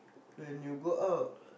when you go out